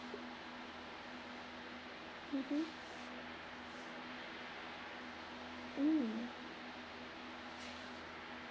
mmhmm mm